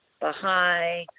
Baha'i